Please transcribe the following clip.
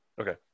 Okay